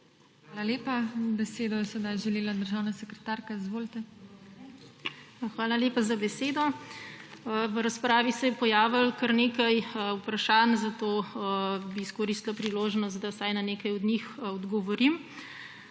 Hvala lepa. Besedo je sedaj želela državna sekretarka. Izvolite. **DR. KATJA TRILLER VRTOVEC:** Hvala lepa za besedo. V razpravi se je pojavilo kar nekaj vprašanj, zato bi izkoristila priložnost, da vsaj na nekaj od njih odgovorim.